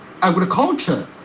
agriculture